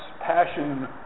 Passion